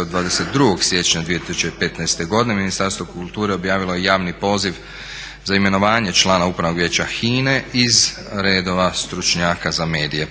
od 22. siječnja 2015. godine Ministarstvo kulture objavilo je javni poziv za imenovanje člana Upravnog vijeća HINA-e iz redova stručnjaka za medije.